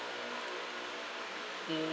mm